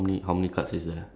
no as in like